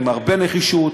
עם הרבה נחישות,